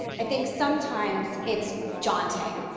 i think sometimes it's daunting.